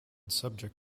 subject